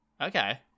Okay